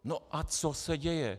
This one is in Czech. No a co se děje?